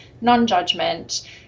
non-judgment